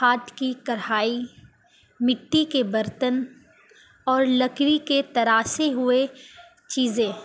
ہاتھ کی کڑھائی مٹی کے برتن اور لکڑی کے تراشے ہوئے چیزیں